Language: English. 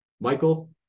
Michael